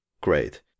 great